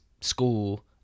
school